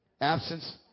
Absence